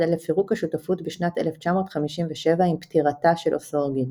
עד לפירוק השותפות בשנת 1957 עם פטירתה של אוסורגין.